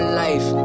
life